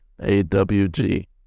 A-W-G